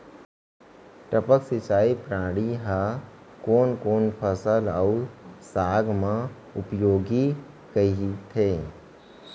टपक सिंचाई प्रणाली ह कोन कोन फसल अऊ साग म उपयोगी कहिथे?